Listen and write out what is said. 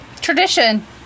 tradition